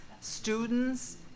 students